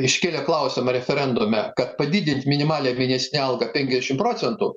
iškėlė klausimą referendume kad padidint minimalią mėnesinę algą penkiasdešimt procentų